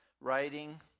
writing